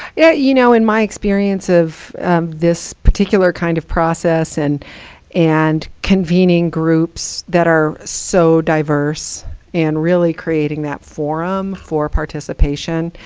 yeah, you know, in my experience of this particular kind of process, and and convening groups that are so diverse and really creating that forum for participation,